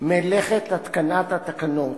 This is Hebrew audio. מלאכת התקנת התקנות,